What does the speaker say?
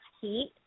heat